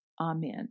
Amen